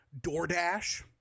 DoorDash